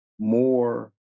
More